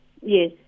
Yes